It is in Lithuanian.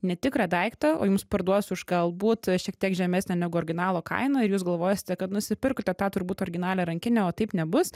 netikrą daiktą o jums parduos už galbūt šiek tiek žemesnę negu originalo kainą ir jūs galvosite kad nusipirkote tą turbūt originalią rankinę o taip nebus